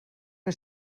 que